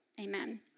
Amen